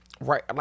right